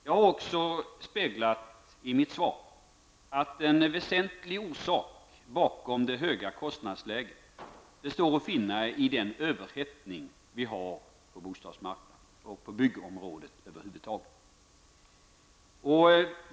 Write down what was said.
Jag har också i mitt svar speglat att en väsentlig orsak till det höga kostnadsläget står att finna i den överhettning vi har på bostadsmarknaden och på byggområdet över huvud taget.